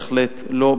בהחלט לא.